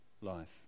life